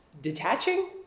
detaching